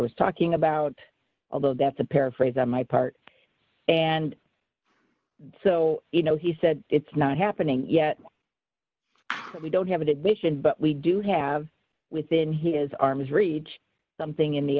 was talking about although that's a paraphrase on my part and so you know he said it's not happening yet we don't have an admission but we do have within his arm's reach something in the